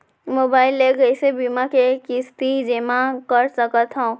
Mobile ले कइसे बीमा के किस्ती जेमा कर सकथव?